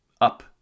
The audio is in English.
up